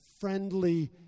friendly